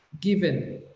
given